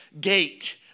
gate